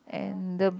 and the